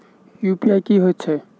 UPI की हएत छई?